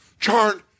Charn